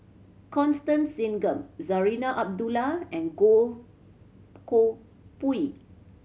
Constance Singam Zarinah Abdullah and Goh Koh Pui